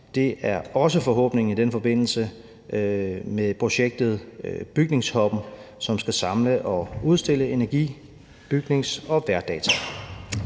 hvilket også er forhåbningen med projektet Bygningshubben, som skal samle og udstille energi-, bygnings- og vejrdata.